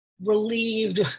relieved